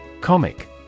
Comic